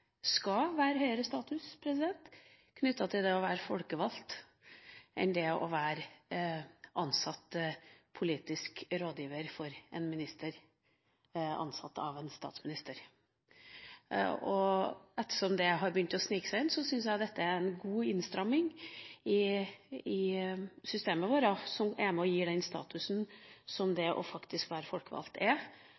skal være høyere status knyttet til det å være folkevalgt enn å være ansatt som politisk rådgiver for en minister, ansatt av en statsminister. Ettersom dette har begynt å snike seg inn, syns jeg dette er en god innstramming i systemet vårt, og som er med på å gi status til det å være folkevalgt – en status jeg syns det